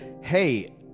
Hey